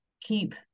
keep